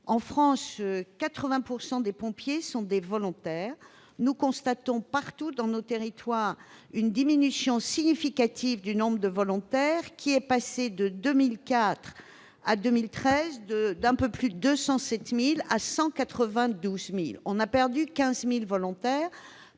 En France, quelque 80 % des pompiers sont des volontaires. Nous constatons partout dans nos territoires une diminution significative du nombre des volontaires, lequel est passé de 207 000 en 2004 à un peu plus à 192 000 en 2013, soit une perte de 15 000 volontaires.